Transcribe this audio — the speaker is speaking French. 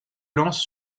lance